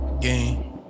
game